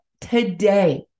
today